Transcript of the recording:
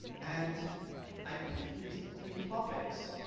and i picked these three topics